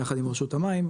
יחד עם רשות המים,